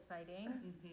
exciting